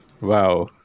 Wow